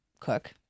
cook